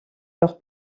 leur